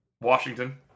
Washington